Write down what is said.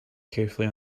carefully